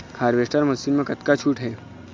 Harvester machine मा कतका छूट हे?